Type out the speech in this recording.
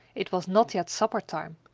it was not yet supper-time,